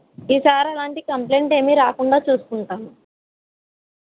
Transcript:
ఈసారి అలాంటి కంప్లైంట్ ఏమీ రాకుండా చూసుకుంటాము